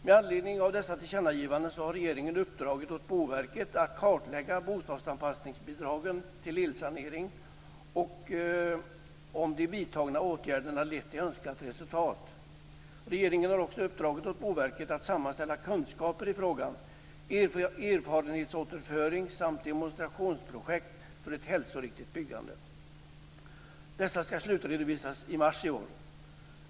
Med anledning av dessa tillkännagivanden har regeringen uppdragit åt Boverket att kartlägga bostadsanpassningsbidragen till elsanering och om de vidtagna åtgärderna lett till önskat resultat. Regeringen har också uppdragit åt Boverket att sammanställa kunskaper i frågan, erfarenhetsåterföring samt demonstrationsprojekt för ett hälsoriktigt byggande. Dessa skall slutredovisas i mars i år.